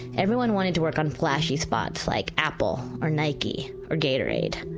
everyone wanted to work on flashy spots like apple or nike or gatorade.